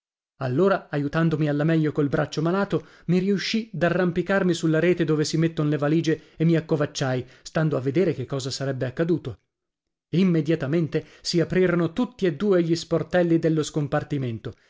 allora aiutandomi alla meglio col braccio malato mi riuscì d'arrampicarmi sulla rete dove si metton le valige e mi ci accovacciai stando a vedere che cosa sarebbe accaduto immediatamente si aprirono tutti e due gli sportelli dello scompartimento